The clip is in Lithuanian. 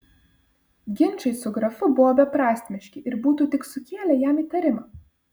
ginčai su grafu buvo beprasmiški ir būtų tik sukėlę jam įtarimą